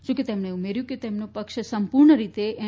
જા કે તેમણે ઉમેર્યું ફતું કે તેમનો પક્ષ સંપૂર્ણ રીતે એન